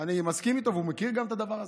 אני מסכים איתו, והוא מכיר גם את הדבר הזה.